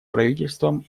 правительством